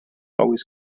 always